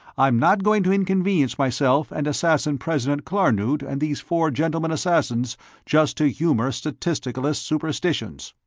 i'm not going to inconvenience myself and assassin-president klarnood and these four gentlemen-assassins just to humor statisticalist superstitions.